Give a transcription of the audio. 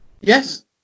Yes